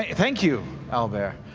ah thank you, owlbear.